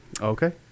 Okay